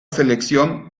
selección